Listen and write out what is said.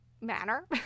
manner